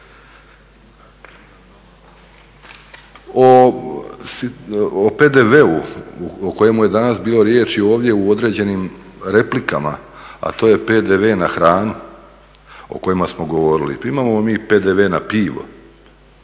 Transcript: O PDV-u o kojem je danas bilo riječi ovdje u određenim replikama, a to je PDV na hranu o kojemu smo govorili. Imamo mi PDV na pivo,